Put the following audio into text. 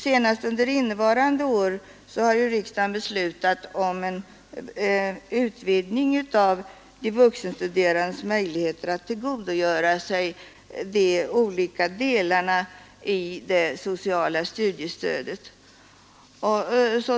Senast i år har riksdagen beslutat om en utvidgning av de vuxenstuderandes möjligheter att tillgodogöra sig de olika delarna i det sociala studiestödet.